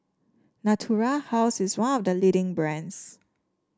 Natura House is one of the leading brands